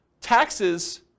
taxes